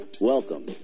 Welcome